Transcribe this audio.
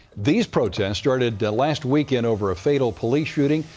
these protests started last weekend over a fatal police shooting,